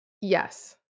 Yes